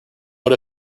what